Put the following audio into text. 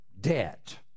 debt